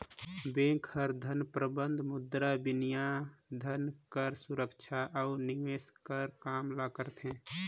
bank हर धन प्रबंधन, मुद्राबिनिमय, धन कर सुरक्छा अउ निवेस कर काम ल करथे